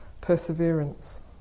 perseverance